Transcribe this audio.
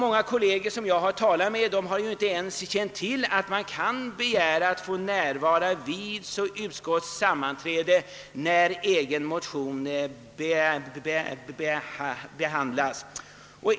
Många kolleger som jag talat med har inte ens känt till att man kan få närvara vid utskotts sammanträde när egen motion behandlas.